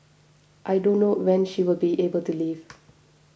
I don't know when she will be able to leave